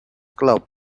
club